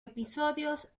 episodios